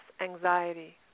anxiety